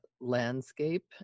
Landscape